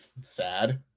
sad